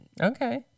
Okay